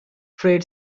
freight